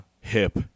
Hip